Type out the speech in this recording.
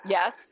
Yes